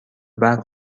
برق